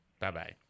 Bye-bye